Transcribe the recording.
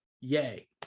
Yay